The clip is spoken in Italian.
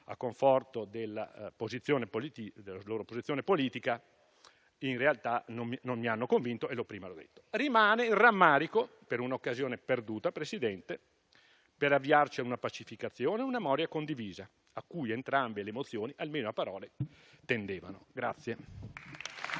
a conforto della loro posizione politica in realtà non mi hanno convinto, come prima ho detto. Rimane il rammarico per un'occasione perduta, signor Presidente, per avviarci ad una pacificazione e ad una memoria condivisa a cui entrambe le mozioni, almeno a parole, tendevano.